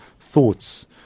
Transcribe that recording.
thoughts